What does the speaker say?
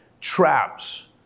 traps